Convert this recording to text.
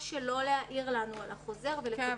שלא להעיר לנו על החוזר ולקבל את זה.